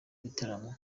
bitaramo